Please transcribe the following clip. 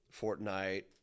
Fortnite